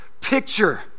picture